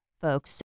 folks